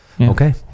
Okay